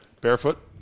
Barefoot